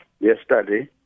yesterday